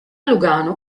lugano